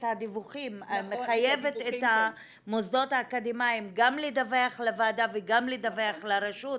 הדיווחים ומחייבת את המוסדות האקדמיים גם לדווח לוועדה וגם לדווח לרשות.